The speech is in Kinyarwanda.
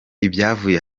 ibyavuye